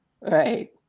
Right